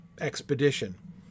expedition